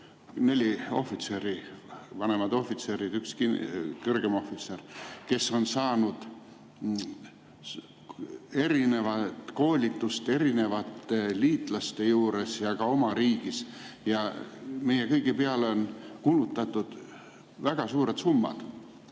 – vanemad ohvitserid ja üks kõrgem ohvitser –, kes on saanud erineva koolituse erinevate liitlaste juures ja ka oma riigis. Ja meie kõigi peale on kulutatud väga suured summad.